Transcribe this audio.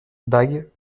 bagues